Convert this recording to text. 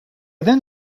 then